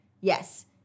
Yes